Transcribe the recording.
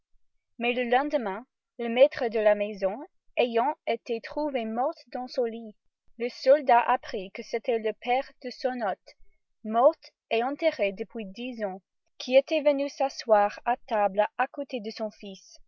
mais le lendemain le maître de la maison ayant été trouvé mort dans son lit le soldat apprit que c'était le père de son hôte mort et enterré depuis dix ans qui était venu s'asseoir à table à côté de son fils